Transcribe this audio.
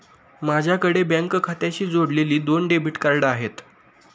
माझ्याकडे बँक खात्याशी जोडलेली दोन डेबिट कार्ड आहेत